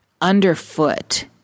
Underfoot